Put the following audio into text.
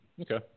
Okay